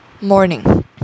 Morning